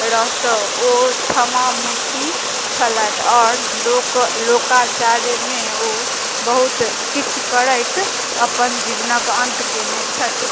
रहतौ ओ क्षमा मूर्ति छलथि आओर लोक लोकचार्यमे ओ बहुत किछु करैत अपन जीवनक अन्त कयने छथि